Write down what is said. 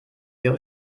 ihre